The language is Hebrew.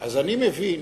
אני מבין